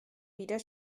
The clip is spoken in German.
wieder